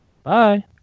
Bye